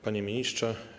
Panie Ministrze!